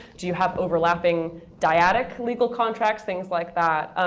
do you have overlapping dyadic legal contracts things like that.